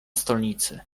stolnicy